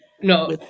No